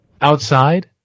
outside